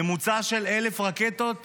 ממוצע של 1,000 רקטות